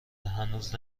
هنوز